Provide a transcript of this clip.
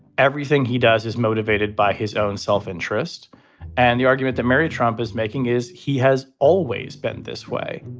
everything he does is motivated by his own self-interest. and the argument that mary trump is making is he has always been this way